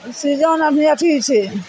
season अभी अथी छै